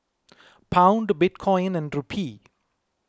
Pound Bitcoin and Rupee